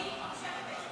אני מושכת.